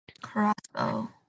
Crossbow